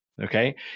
Okay